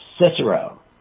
Cicero